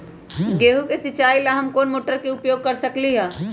गेंहू के सिचाई ला हम कोंन मोटर के उपयोग कर सकली ह?